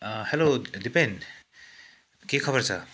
hello Dipen के खबर छ